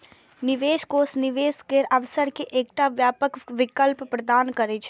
निवेश कोष निवेश केर अवसर के एकटा व्यापक विकल्प प्रदान करै छै